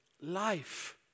life